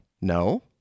No